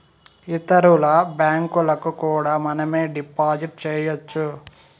ఇతరుల బ్యాంకులకు కూడా మనమే డిపాజిట్ చేయొచ్చు